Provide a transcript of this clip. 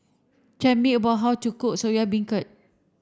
tell me about how to cook Soya Beancurd